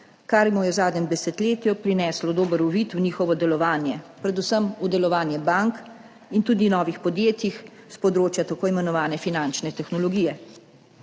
kar mu je v zadnjem desetletju prineslo dober uvid v njihovo delovanje, predvsem v delovanje bank in tudi novih podjetjih s področja tako imenovane finančne tehnologije.